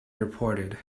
reported